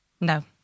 No